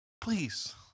please